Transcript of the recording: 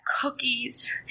cookies